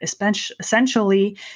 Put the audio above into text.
essentially